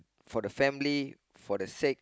for the family for the sake